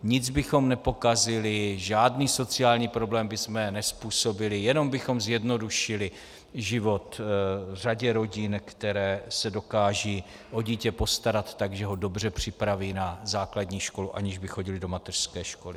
Nic bychom nepokazili, žádný sociální problém bychom nezpůsobili, jenom bychom zjednodušili život řadě rodin, které se dokážou o dítě postarat tak, že ho dobře připraví na základní školu, aniž by chodilo do mateřské školy.